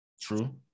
True